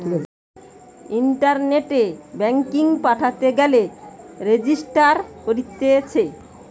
ইন্টারনেটে ব্যাঙ্কিং পাঠাতে গেলে রেজিস্টার করতিছে